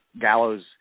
Gallows